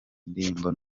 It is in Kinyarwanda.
indirimbo